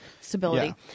stability